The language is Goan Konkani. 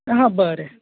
हां बरें